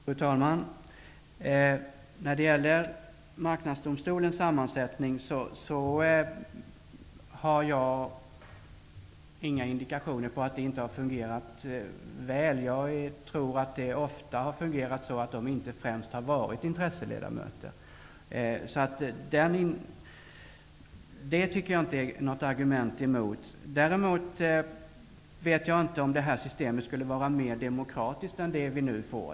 Fru talman! När det gäller Marknadsdomstolens sammansättning har jag inga indikationer på att den inte har fungerat väl. Jag tror att det ofta har fungerat så att dessa personer inte främst har varit intresseledamöter. Det tycker jag inte är något argument emot. Däremot vet jag inte om det systemet skulle vara mer demokratiskt än det vi nu får.